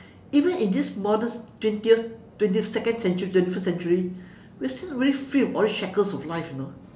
even in this modest twentieth twentieth second century twenty first century we are still not very free of all these shackles of life you know